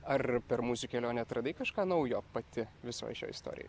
ar per mūsų kelionę atradai kažką naujo pati visoj šioj istorijoj